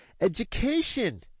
education